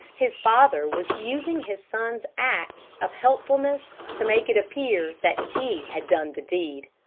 his father was using his son's acts of helpfulness to make it appear that he had done the deed.